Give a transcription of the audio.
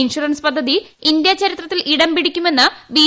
insurance പ്രദ്ധതി India ചരിത്രത്തിൽ ഇടംപിടി ക്കുമെന്ന് ബി